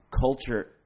culture